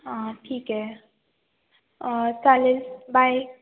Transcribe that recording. हां ठीक आहे चालेल बाय